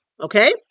Okay